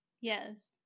Yes